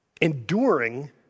enduring